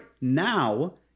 Now